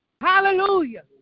Hallelujah